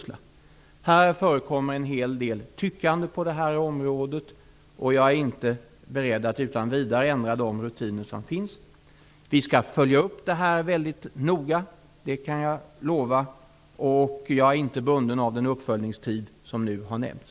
På det här området förekommer en hel del tyckande. Jag är inte beredd att utan vidare ändra de rutiner som finns. Jag kan lova att vi skall följa upp det hela mycket noga. Jag är inte bunden av den uppföljningstid som nu har nämnts.